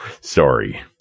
sorry